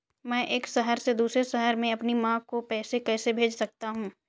मैं एक शहर से दूसरे शहर में अपनी माँ को पैसे कैसे भेज सकता हूँ?